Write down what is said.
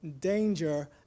danger